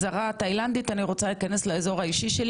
אנגלית זו לא אופציה בכלל.